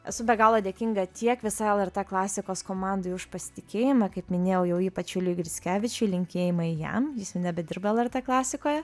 esu be galo dėkinga tiek visai lrt klasikos komandai už pasitikėjimą kaip minėjau jau ypač juliui grickevičiui linkėjimai jam jis nebedirba lrt klasikoje